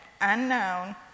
unknown